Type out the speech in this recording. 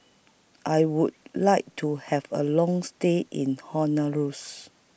I Would like to Have A Long stay in